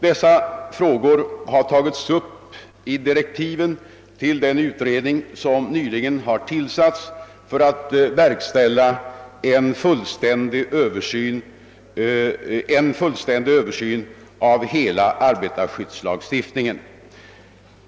Dessa spörsmål har tagits upp i direktiven till den utredning som nyligen har tillsatts för att verkställa en fullständig översyn av hela arbetarskyddslagstiftningen.